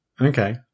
Okay